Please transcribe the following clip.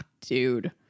dude